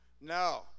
No